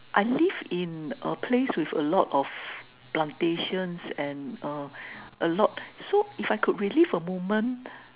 I live in a place with a lot of plantations and err a lot so if I could relive a moment